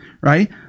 right